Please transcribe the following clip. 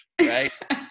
right